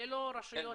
אילו רשויות מימשו?